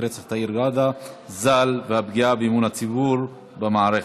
רצח תאיר ראדה ז"ל והפגיעה באמון הציבור במערכת,